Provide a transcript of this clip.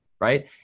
right